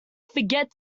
forget